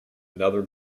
another